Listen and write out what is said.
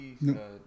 No